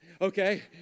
okay